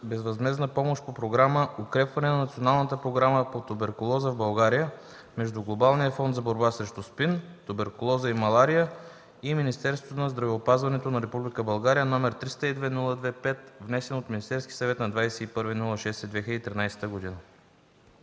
безвъзмездна помощ по Програма „Укрепване на Националната програма по туберкулоза в България” между Глобалния фонд за борба срещу СПИН, туберкулоза и малария и Министерството на здравеопазването на Република България, № 302-02-5, внесен от Министерския съвет на 21 юни 2013 г.